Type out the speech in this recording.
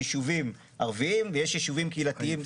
ישובים ערביים ויש ישובים קהילתיים,